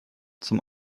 zum